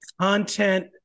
content